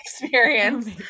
experience